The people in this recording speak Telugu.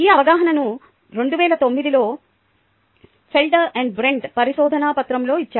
ఈ అవగాహనను 2009 లో ఫెల్డెర్ మరియు బ్రెంట్ పరిశోదన పత్రంలో ఇచ్చారు